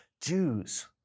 Jews